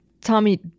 tommy